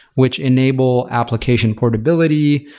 which enable application portability.